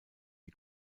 die